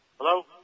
Hello